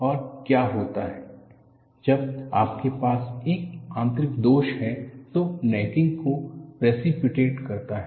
और क्या होता है जब आपके पास एक आंतरिक दोष है जो नेकिंग को प्रेसीपिटेट करता है